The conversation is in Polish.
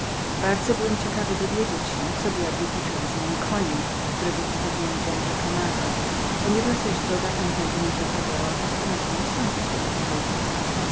bardzo byłem ciekawy dowiedzieć się co djabli poczęli z moim koniem którego zostawiłem w wenta quemadaventa quemada ponieważ zaś droga tamtędy mi wypadała postanowiłem wstąpić do gospody